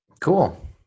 Cool